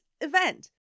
event